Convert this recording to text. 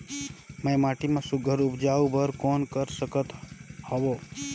मैं माटी मा सुघ्घर उपजाऊ बर कौन कर सकत हवो?